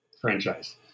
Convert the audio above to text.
franchise